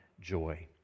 joy